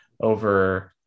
over